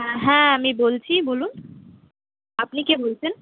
হ্যাঁ আমি বলছি বলুন আপনি কে বলছেন